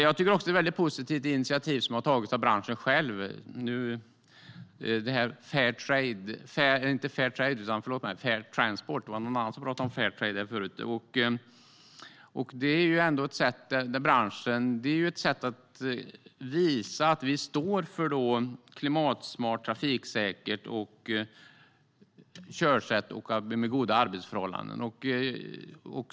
Det är ett väldigt positivt initiativ som har tagits av branschen själv med Fair Transport. Det var någon annan som talade om Fairtrade här förut. Det är ett sätt att visa att vi står för klimatsmart och trafiksäkert körsätt med goda arbetsförhållanden.